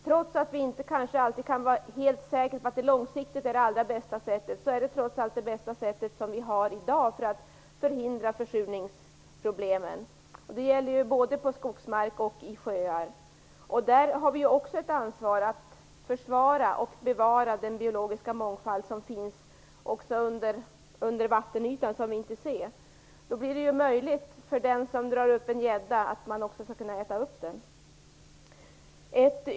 Trots att vi kanske inte alltid kan vara helt säkra på att långsiktigt är det allra bästa sättet är det trots allt det bästa sätt vi i dag har för att förhindra försurningsproblemen. Det gäller både på skogsmark och i sjöar. Där har vi också ett ansvar att försvara och bevara den biologiska mångfald som finns också under vattenytan och som vi inte ser. Då blir det möjligt för den som drar upp en gädda att också kunna äta upp den.